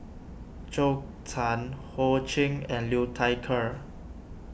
Zhou Can Ho Ching and Liu Thai Ker